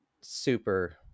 super